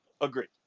agreed